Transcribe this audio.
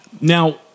now